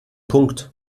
punkt